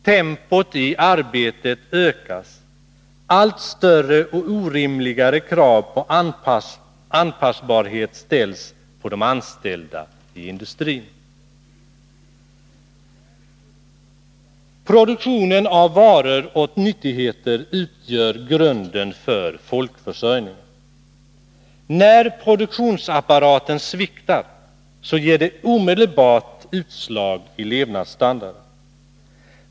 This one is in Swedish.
Tempot i arbetet ökas. Allt större och orimligare krav på anpassbarhet ställs på de anställda i industrin. Produktionen av varor och nyttigheter utgör grunden för folkförsörjningen. När produktionsapparaten sviktar, så ger det omedelbart utslag i levnadsstandarden.